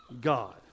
God